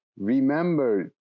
remember